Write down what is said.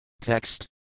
Text